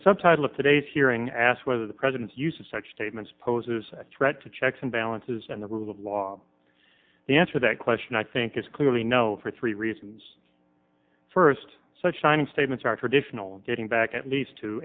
subtitle of today's hearing ask whether the president's use of such statements poses a threat to checks and balances and the rule of law the answer that question i think is clearly no for three reasons first such signing statements are traditional and getting back at least t